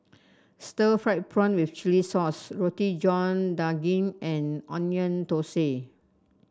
Stir Fried Prawn with Chili Sauce Roti John Daging and Onion Thosai